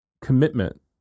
commitment